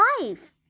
life